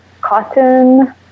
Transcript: cotton